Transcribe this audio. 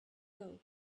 thought